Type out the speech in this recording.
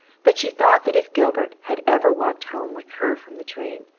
but she thought that if gilbert had ever walked home with her from the train,